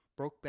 Brokeback